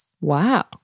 Wow